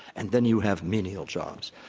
and then you have menial jobs.